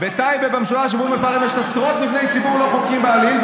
בטייבה במשולש נבנו עשרות מבני ציבור לא חוקיים בעליל,